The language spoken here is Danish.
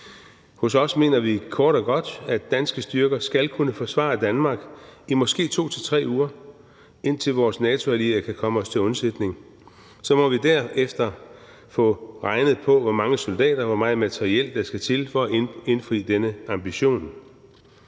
Hos os mener vi kort og godt, at danske styrker skal kunne forsvare Danmark i måske 2 til 3 uger, indtil vores NATO-allierede kan komme os til undsætning. Så må vi derefter få regnet på, hvor mange soldater og hvor meget materiel der skal til for at indfri denne ambition.